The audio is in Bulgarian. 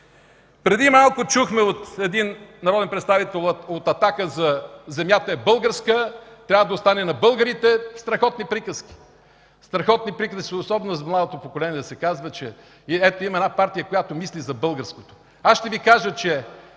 Преди малко чухме от един народен представител от „Атака” за „земята е българска, трябва да остане на българите”. Страхотни приказки! Страхотни приказки, особено за младото поколение, да се казва, че ето, има една партия, която мисли за българското. Аз ще Ви кажа, че